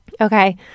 okay